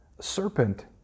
Serpent